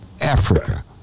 Africa